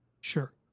Sure